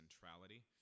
centrality